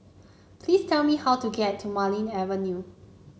please tell me how to get to Marlene Avenue